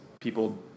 people